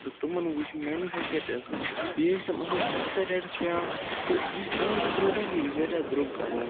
تہٕ تِمَن وُچھ مینِفیٚکچَر تہِ اصٕل بیٚیہِ أسۍ تِم اصٕل سَستہٕ ریٹَس پیٚوان تہٕ یُس اُہُنٛد یہِ پرٛوڈَکٹہٕ یہِ چھُ واریاہ درٛوگ گژھان